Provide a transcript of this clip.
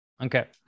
Okay